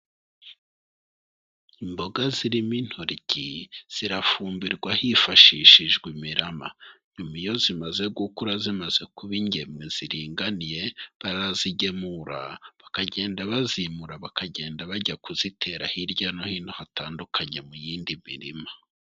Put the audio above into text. Imboga zirimo intoryi zirafumbirwa hifashishijwe imirama. Nyuma iyo zimaze gukura zimaze kuba ingemwe ziringaniye, barazigemura bakagenda bazimura bakagenda bajya kuzitera hirya no hino hatandukanye mu yindi mirima.